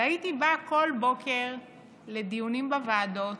והייתי באה בכל בוקר לדיונים בוועדות.